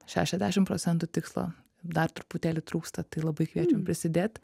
šešiasdešim procentų tikslą dar truputėlį trūksta tai labai kviečiam prisidėt